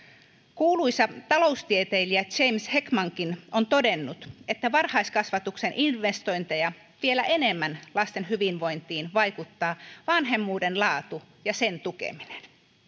kuuluisa taloustieteilijä james heckmankin on todennut että varhaiskasvatuksen investointeja vielä enemmän lasten hyvinvointiin vaikuttaa vanhemmuuden laatu ja sen tukeminen